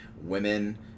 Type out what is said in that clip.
women